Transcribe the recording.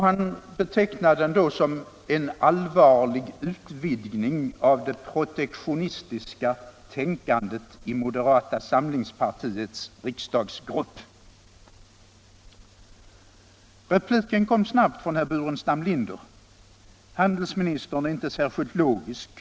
Han betecknade den då som en allvarlig utvidgning av det protektionistiska tänkandet i moderata samlingspartiets riksdagsgrupp. Repliken kom snabbt från herr Burenstam Linder som sade att handelsministern inte är särskilt logisk.